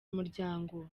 umuryango